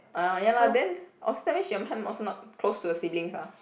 orh ya lah then also tell me also not close to the siblings ah